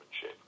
shape